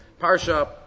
parsha